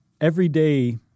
Everyday